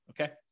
Okay